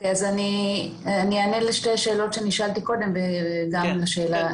אז אני אענה על שתי השאלות שנשאלתי קודם וגם על השאלה שלך.